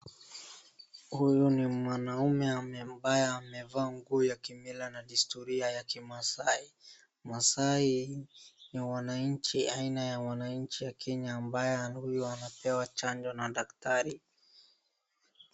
Huyu ni mwanaume ambaye amevaa nguo za kimila na desturi ya kimasai. Masai ni wananchi aina ya wananchi wa kenya ambaye ni huyu napewa chanjo na dakitari.